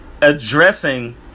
addressing